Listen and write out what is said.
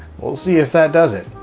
we'll see if that does it